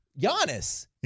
Giannis